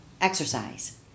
exercise